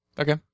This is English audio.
Okay